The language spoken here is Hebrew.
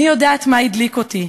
איני יודעת מה הדליק אותי,